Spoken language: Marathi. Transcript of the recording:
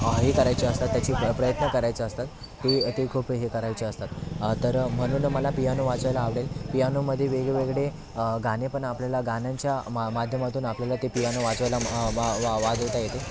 हे करायचे असतात त्याची प्रयत्न करायचे असतात ते ते खूप हे करायचे असतात तर म्हणून मला पियानो वाजवायला आवडेल पियोनोमध्ये वेगवेगळे गाणे पण आपल्याला गाण्याच्या मा माध्यमातून आपल्याला ते पियानो वाजवायला वाजवता येते